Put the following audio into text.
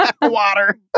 Water